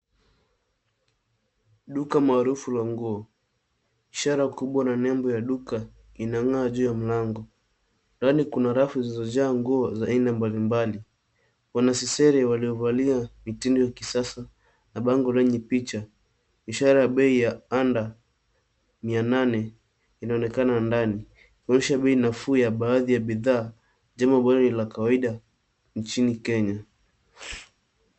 Duka maarufu la nguo. Ishara kubwa na nembo ya duka inang'aa juu ya mlango. Ndani kuna rafu zilizojaa nguo za aina mbalimbali. Wanasesere waliovalia mitindo ya kisasa na bango lenye picha, ishara ya bei ya under mia nane inaonekana ndani, kuonyesha bei nafuu ya baadhi ya bidhaa, jambo ambalo ni la kawaida nchini Kenya.